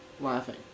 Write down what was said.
laughing